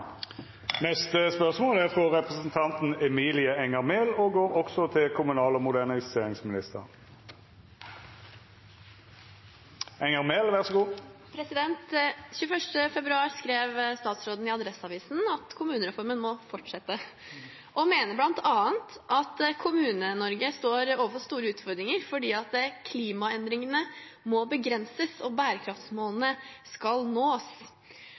februar skrev statsråden i Adresseavisen at kommunereformen må fortsette. Han mener blant annet at Kommune-Norge står overfor store utfordringer fordi klimaendringene skal begrenses og bærekraftsmålene skal nås.